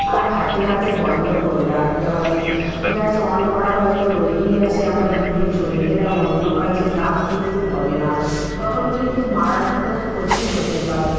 আর হাতে হাতে বন্ধ করে রাখতে হবে গ্যাস অন করা হয়তো রয়েই গেছে আমরা ভুলে চলে গেলাম অন্য কাজে তা কিন্তু হবে না তখন কিন্তু মারাত্মক ক্ষতি হতে পারে